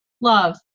love